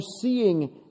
seeing